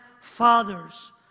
fathers